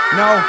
no